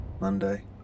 Monday